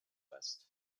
west